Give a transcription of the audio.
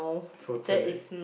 totally